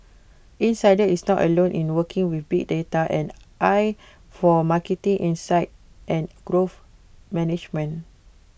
insider is not alone in working with big data and AI for marketing insights and growth management